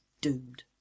doomed